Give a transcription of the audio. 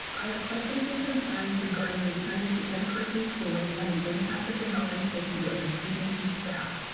i have questions and concerns regarding returning to in person schooling and the impact of the health and safety of the students and staff.